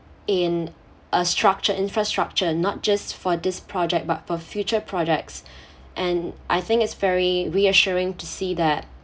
in a structure infrastructure not just for this project but for future projects and I think it's very reassuring to see that